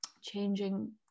changing